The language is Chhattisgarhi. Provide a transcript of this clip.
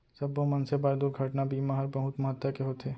सब्बो मनसे बर दुरघटना बीमा हर बहुत महत्ता के होथे